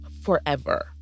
forever